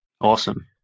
Awesome